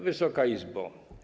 Wysoka Izbo!